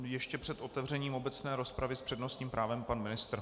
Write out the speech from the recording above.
Ještě před otevřením obecné rozpravy s přednostním právem pan ministr.